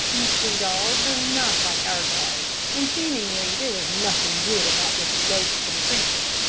eastern dogs are not like our dogs, and seemingly there was nothing good about this loathsome creature,